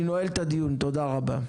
אני נועל את הדיון, תודה רבה.